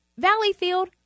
Valleyfield